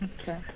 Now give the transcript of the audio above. Okay